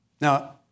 Now